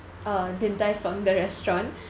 uh din tai fung the restaurant